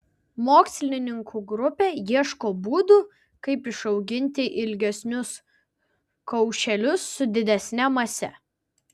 mokslininkų grupė ieško būdų kaip išauginti ilgesnius kaušelius su didesne mase